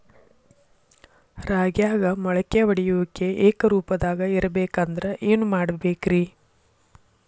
ರಾಗ್ಯಾಗ ಮೊಳಕೆ ಒಡೆಯುವಿಕೆ ಏಕರೂಪದಾಗ ಇರಬೇಕ ಅಂದ್ರ ಏನು ಮಾಡಬೇಕ್ರಿ?